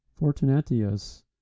fortunatius